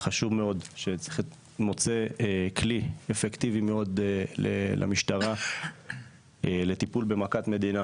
חשוב מאוד שמוצא כלי אפקטיבי מאוד למשטרה לטיפול במכת המדינה